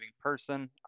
person